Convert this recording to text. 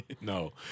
no